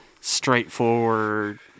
straightforward